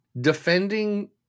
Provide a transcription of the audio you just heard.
defending